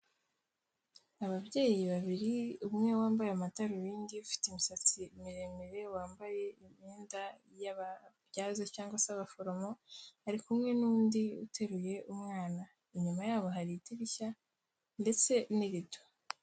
Ababyeyi babiri, umwe wambaye amadarubindi, ufite imisatsi miremire, wambaye imyenda y'ababyaza cyangwa se abaforomo, ari kumwe n'undi uteruye umwana, inyuma yabo hari idirishya ndetse n'irido.